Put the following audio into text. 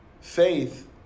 Faith